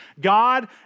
God